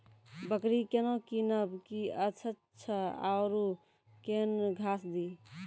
बकरी केना कीनब केअचछ छ औरू के न घास दी?